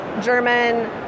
German